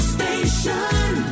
Station